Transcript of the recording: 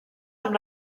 amb